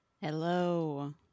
Hello